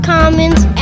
Commons